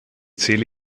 zähle